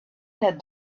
had